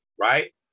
right